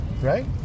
right